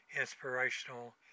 inspirational